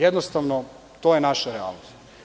Jednostavno, to je naša realnost.